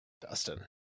Dustin